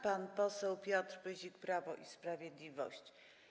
Pan poseł Piotr Pyzik, Prawo i Sprawiedliwość.